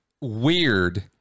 weird